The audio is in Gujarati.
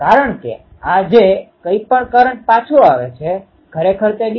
તેથી આ બે એન્ટેના વસ્તુનું કેન્દ્ર ખરેખર અહીં છે